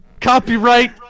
Copyright